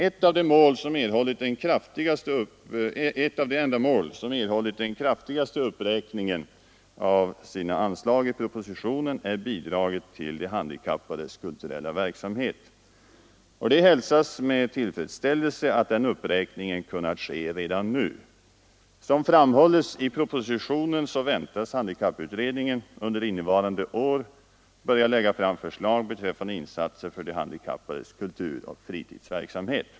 Ett av de ändamål som erhållit den kraftigaste uppräkningen av sina anslag i propositionen är de handikappades kulturella verksamhet. Det hälsas med tillfredsställelse att den uppräkningen kunnat ske redan nu. Som framhålles i propositionen väntas handikapputredningen under innevarande år börja lägga fram förslag beträffande insatser för de handikappades kulturoch fritidsverksamhet.